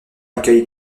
accueille